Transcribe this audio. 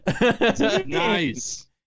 Nice